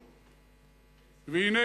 והנה,